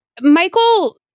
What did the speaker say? Michael